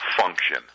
function